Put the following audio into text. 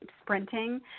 sprinting